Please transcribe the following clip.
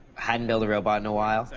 hadn't built a robot in a while,